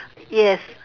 yes